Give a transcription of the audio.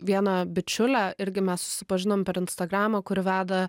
viena bičiulė irgi mes susipažinom per instagramą kuri veda